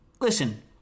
Listen